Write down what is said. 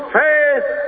faith